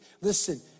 listen